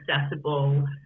accessible